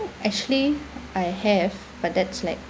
actually I have but that's like